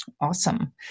Awesome